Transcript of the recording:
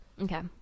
okay